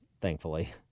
thankfully